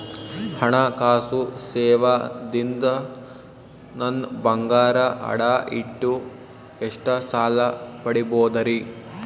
ಹಣಕಾಸು ಸೇವಾ ದಿಂದ ನನ್ ಬಂಗಾರ ಅಡಾ ಇಟ್ಟು ಎಷ್ಟ ಸಾಲ ಪಡಿಬೋದರಿ?